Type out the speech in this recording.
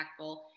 impactful